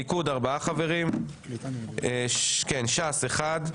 הליכוד ארבעה חברים, ש"ס אחד,